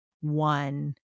one